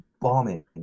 bombing